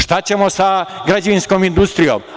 Šta ćemo sa građevinskom industrijom?